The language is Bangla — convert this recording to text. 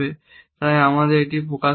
তাই আমাদের এটি প্রকাশ করতে হবে